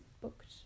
booked